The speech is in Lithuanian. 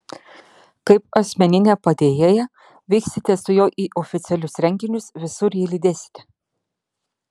kaip asmeninė padėjėja vyksite su juo į oficialius renginius visur jį lydėsite